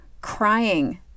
Crying